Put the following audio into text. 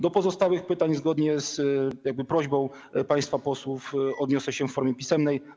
Do pozostałych pytań zgodnie z prośbą państwa posłów odniosę się w formie pisemnej.